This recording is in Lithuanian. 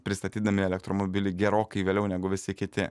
pristatydami elektromobilį gerokai vėliau negu visi kiti